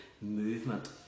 movement